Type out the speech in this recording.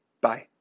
Bye